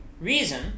Reason